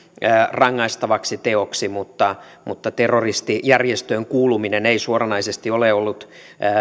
rangaistavaksi teoksi mutta mutta terroristijärjestöön kuuluminen ei suoranaisesti ole ollut